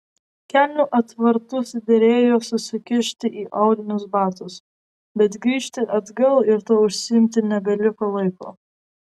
kelnių atvartus derėjo susikišti į aulinius batus bet grįžti atgal ir tuo užsiimti nebeliko laiko